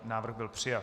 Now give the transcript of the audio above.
Návrh byl přijat.